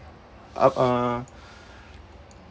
ap~ uh